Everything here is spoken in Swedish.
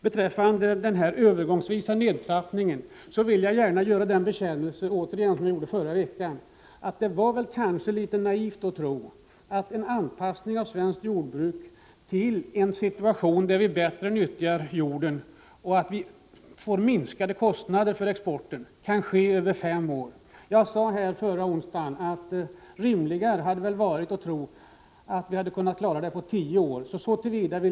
Beträffande nedtrappningen övergångsvis vill jag gärna göra samma bekännelse som förra veckan: det var väl kanske litet naivt att tro att en anpassning av svenskt jordbruk till en situation där vi bättre nyttjar jorden, med en minskning av kostnaderna för exporten, kan ske på fem år. Jag sade förra onsdagen att det väl hade varit rimligare att tro att vi hade kunnat klara det på tio år.